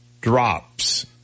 drops